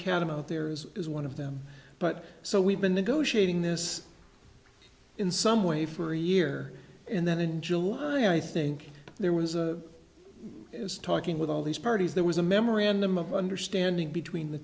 kadam out there is is one of them but so we've been negotiating this in some way for a year and then in july i think there was a is talking with all these parties there was a memorandum of understanding between the